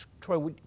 Troy